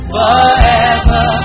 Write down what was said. Forever